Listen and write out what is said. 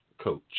coach